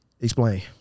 Explain